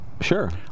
Sure